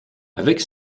avec